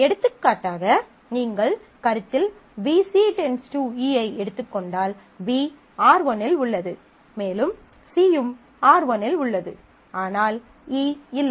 எடுத்துக்காட்டாக நீங்கள் கருத்தில் BC → E ஐ எடுத்துக் கொண்டால் B R1 இல் உள்ளது மேலும் C யும் R1 இல் உள்ளது ஆனால் E இல்லை